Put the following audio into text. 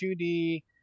2D